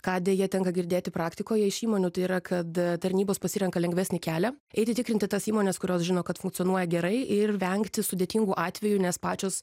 ką deja tenka girdėti praktikoj iš įmonių tai yra kad tarnybos pasirenka lengvesnį kelią eiti tikrinti tas įmones kurios žino kad funkcionuoja gerai ir vengti sudėtingų atvejų nes pačios